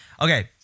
Okay